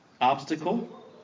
obstacle